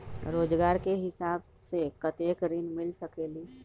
रोजगार के हिसाब से कतेक ऋण मिल सकेलि?